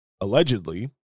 allegedly